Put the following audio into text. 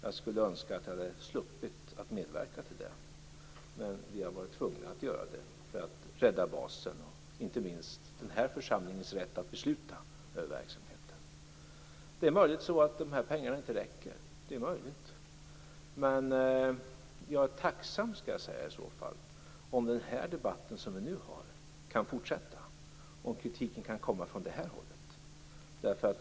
Jag skulle önska att jag hade sluppit att medverka till det, men vi har varit tvungna att göra det för att rädda basen och, inte minst, den här församlingens rätt att besluta över verksamheten. Det är möjligt att de här pengarna inte räcker. I så fall är jag tacksam för om den debatt som vi nu har kan fortsätta och om kritiken kan komma från det här hållet.